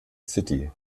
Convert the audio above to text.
city